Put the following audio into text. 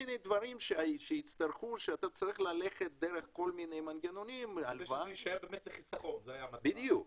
שתצטרך ללכת דרך כל מיני מנגנונים כדי שלא